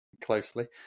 closely